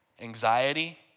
anxiety